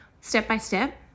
step-by-step